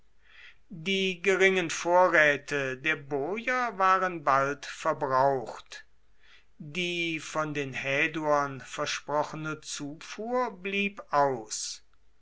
die geringen vorräte der boier waren bald verbraucht die von den häduern versprochene zufuhr blieb aus